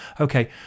okay